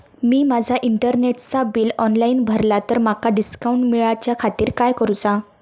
मी माजा इंटरनेटचा bill online भरला तर माका डिस्काउंट मिलाच्या खातीर काय करुचा?